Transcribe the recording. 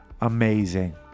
amazing